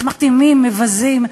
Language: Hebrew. מבזים,